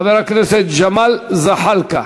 חבר הכנסת ג'מאל זחאלקה.